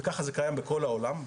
וככה זה קיים בכל העולם.